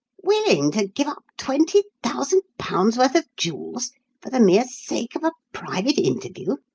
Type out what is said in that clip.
willing to give up twenty thousand pounds worth of jewels for the mere sake of a private interview!